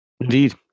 Indeed